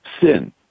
sin